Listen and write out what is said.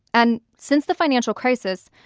and since the financial crisis,